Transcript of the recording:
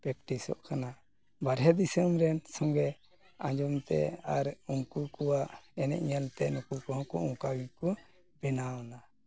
ᱯᱮᱠᱴᱤᱥᱚᱜ ᱠᱟᱱᱟ ᱵᱟᱦᱨᱮ ᱫᱤᱥᱚᱢ ᱨᱮᱱ ᱥᱚᱸᱜᱮ ᱟᱡᱚᱢ ᱛᱮ ᱟᱨ ᱩᱱᱠᱩ ᱠᱚᱣᱟᱜ ᱮᱱᱮᱡ ᱧᱮᱞᱛᱮ ᱩᱱᱠᱩ ᱠᱚᱦᱚᱸ ᱠᱚ ᱚᱱᱠᱟ ᱜᱮᱠᱚ ᱵᱮᱱᱟᱣᱱᱟ